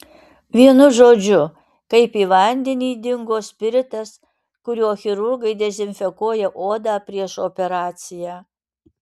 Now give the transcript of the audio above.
vienu žodžiu kaip į vandenį dingo spiritas kuriuo chirurgai dezinfekuoja odą prieš operaciją